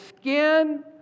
skin